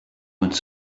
wants